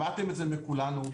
שמעתם את זה מכולנו,